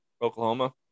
Oklahoma